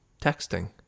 Texting